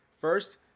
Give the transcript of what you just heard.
First